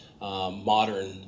modern